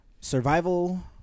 survival-